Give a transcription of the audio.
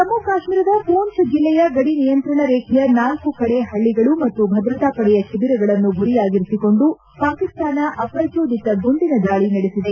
ಜಮ್ಮ ಕಾಶ್ಮೀರದ ಪೂಂಛ್ ಜಿಲ್ಲೆಯ ಗಡಿ ನಿಯಂತ್ರಣ ರೇಬೆಯ ನಾಲ್ಕು ಕಡೆ ಹಳ್ಳಗಳು ಮತ್ತು ಭದ್ರತಾ ಪಡೆಯ ಶಿಬಿರಗಳನ್ನು ಗುರಿಯಾಗಿರಿಸಿಕೊಂಡು ಪಾಕಿಸ್ತಾನ ಅಪ್ರಜೋದಿತ ಗುಂಡಿನ ದಾಳಿ ನಡೆಸಿದೆ